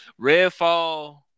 Redfall –